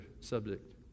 subject